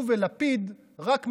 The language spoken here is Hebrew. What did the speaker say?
הוא ולפיד רק מג'עג'עים.